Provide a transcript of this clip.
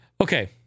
okay